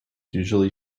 usually